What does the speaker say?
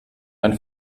ein